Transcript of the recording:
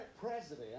president